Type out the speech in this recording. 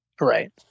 Right